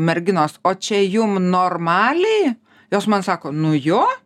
merginos o čia jum normaliai jos man sako nu jo